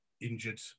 injured